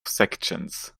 sections